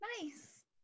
Nice